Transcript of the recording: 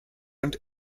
und